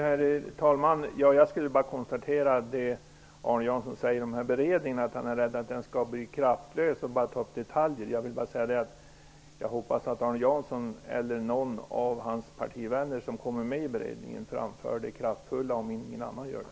Herr talman! Arne Jansson säger att han är rädd för att den beredning som skall tillsättas blir kraftlös och bara tar upp detaljer. Jag hoppas att Arne Jansson eller den av hans partivänner som kommer med i beredningen framför det kraftfulla, om ingen annan gör det.